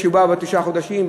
בשבעה או תשעה חודשים,